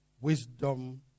wisdom